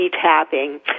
tapping